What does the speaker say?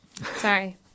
Sorry